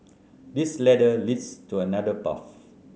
this ladder leads to another path